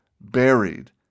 buried